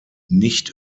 nicht